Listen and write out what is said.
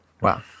Wow